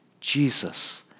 Jesus